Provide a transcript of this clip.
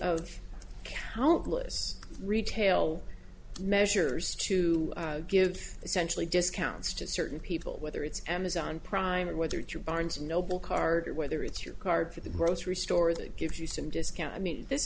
of countless retail measures to give essentially discounts to certain people whether it's amazon prime and whether to barnes and noble card or whether it's your card for the grocery store that gives you some discount i mean this